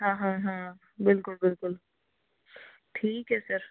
ਹਾਂ ਹਾਂ ਹਾਂ ਬਿਲਕੁਲ ਬਿਲਕੁਲ ਠੀਕ ਹੈ ਸਰ